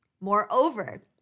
Moreover